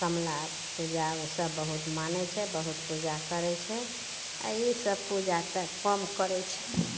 कमला पूजा ओसभ बहुत मानै छै बहुत पूजा करै छै आओर ईसब पूजा तऽ कम करै छै